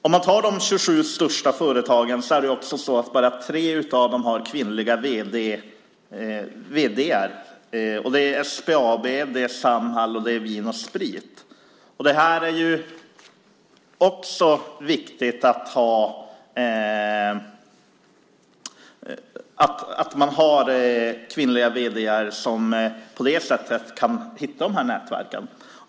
Om man tar de 27 största företagen ser man att bara tre av dem har kvinnliga vd:ar. Det är SBAB, Samhall och Systembolaget. Det är också viktigt att man har kvinnliga vd:ar som på det sättet kan hitta de här nätverken.